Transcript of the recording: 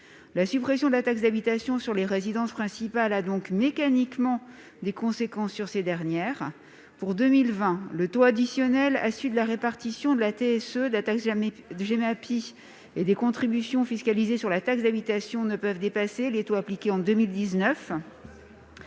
La suppression de la taxe d'habitation sur les résidences principales a donc mécaniquement des conséquences sur ces dernières. Pour 2020, le taux additionnel issu de la répartition de la TSE, de la taxe Gemapi et des contributions fiscalisées sur la taxe d'habitation ne peut dépasser les taux appliqués en 2019.